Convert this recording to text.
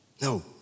No